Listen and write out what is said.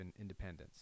independence